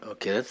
Okay